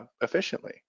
efficiently